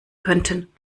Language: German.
könnten